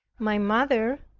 my mother,